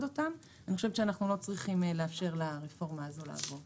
אנחנו לא צריכים לאפשר לרפורמה הזאת לעבור.